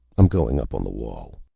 i'm going up on the wall.